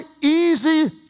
easy